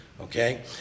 okay